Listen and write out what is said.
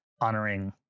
honoring